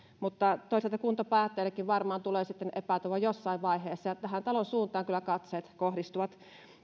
mutta toisaalta kuntapäättäjillekin varmaan tulee sitten epätoivo jossain vaiheessa ja tämän talon suuntaan kyllä katseet kohdistuvat